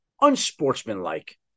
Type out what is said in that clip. unsportsmanlike